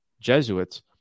Jesuits